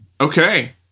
Okay